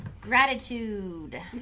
Gratitude